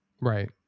right